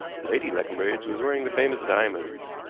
lady leconbridge was wearing the famous diamonds.